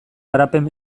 garapen